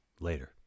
Later